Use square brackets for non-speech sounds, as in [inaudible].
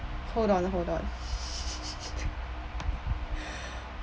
hold on hold on [laughs]